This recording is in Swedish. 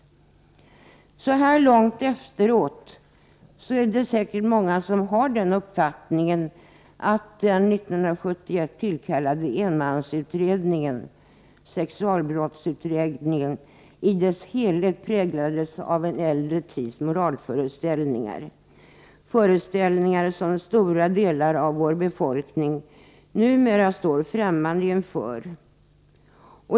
Så här långt efteråt har säkert många den uppfattningen att den 1971 tillkallade enmansutredningen, sexualbrottsutredningen, i dess helhet präglades av en äldre tids moralföreställningar, föreställningar som stora delar av vår befolkning numera står främmande inför.